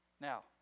Now